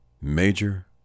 major